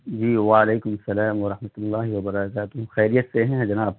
جی وعلیکم السّلام ورحمۃ اللہ و برکاتہ خیریت سے ہیں جناب